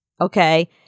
okay